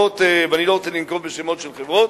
ואני לא רוצה לנקוב בשמות של חברות,